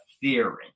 theory